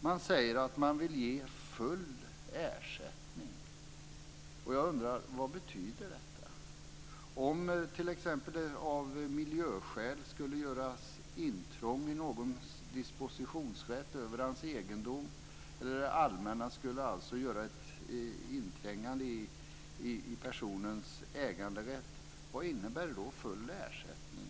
Man säger att man vill ge full ersättning. Vad betyder detta? Om t.ex. det av miljöskäl skulle göras intrång i någons dispositionsrätt över sin egendom, eller att det allmänna skulle göra ett intrång i personens äganderätt, vad innebär då full ersättning